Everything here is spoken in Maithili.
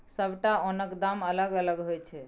सबटा ओनक दाम अलग अलग होइ छै